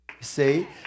See